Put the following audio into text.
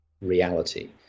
reality